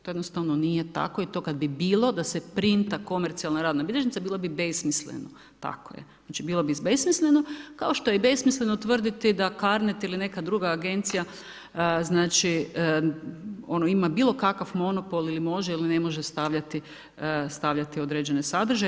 To jednostavno nije tako, i to kada bi bilo da se printa komercijalnu radna bilježnica bila bi besmislena, tako je, bilo bi besmisleno, kao što je i besmisleno tvrditi da Carnet ili neka druga agencija znači ono ima bilo kakav monopol ili može ili ne može stavljati određene sadržane.